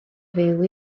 fyw